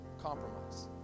compromise